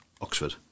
Oxford